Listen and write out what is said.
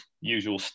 usual